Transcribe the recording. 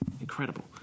incredible